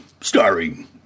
starring